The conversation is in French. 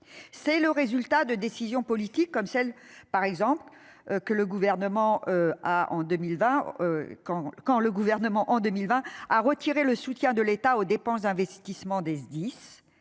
c'est le résultat de décisions politiques comme celle par exemple que le gouvernement a, en 2020. Quand quand le gouvernement en 2020, à retirer le soutien de l'État aux dépenses d'investissements des SDIS